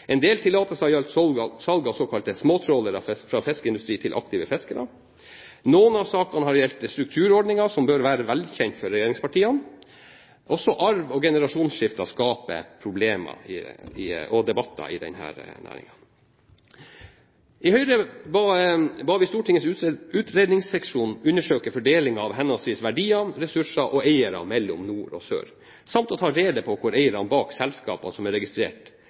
En del tillatelser gjaldt salg av såkalte småtrålere fra fiskeindustrien til aktive fiskere. Noen av sakene gjaldt strukturordninger, som bør være velkjent for regjeringspartiene. Også arv og generasjonsskifter skaper problemer og debatter i denne næringen. Høyre ba Stortingets utredningsseksjon undersøke fordelingen av henholdsvis verdier, ressurser og eiere mellom nord og sør samt å få rede på hvor eierne bak selskapene som er registrert